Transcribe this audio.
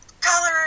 color